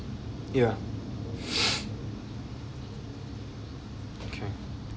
yeah